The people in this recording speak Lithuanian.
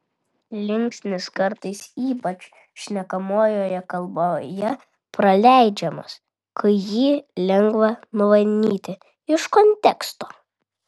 linksnis kartais ypač šnekamojoje kalboje praleidžiamas kai jį lengva numanyti iš konteksto